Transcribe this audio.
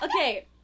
Okay